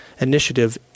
initiative